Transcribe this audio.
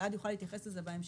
אלעד יוכל להתייחס לזה בהמשך.